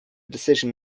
decision